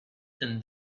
and